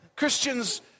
Christian's